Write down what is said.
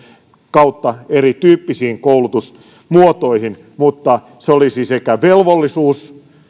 kautta eri tyyppisiin koulutusmuotoihin mutta olisi sekä velvollisuus